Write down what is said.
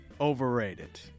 overrated